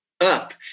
up